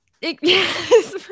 Yes